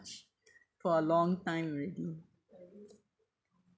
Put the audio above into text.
~ch for a long time already